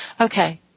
Okay